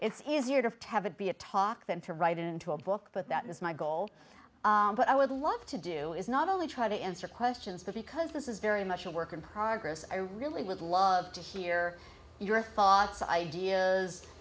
it's easier to be a talk then to write into a book but that is my goal but i would love to do is not only try to answer questions but because this is very much a work in progress i really would love to hear your thoughts ideas